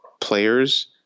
players